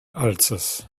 ulcers